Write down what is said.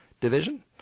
division